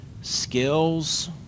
skills